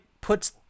puts